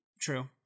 True